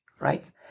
right